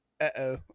uh-oh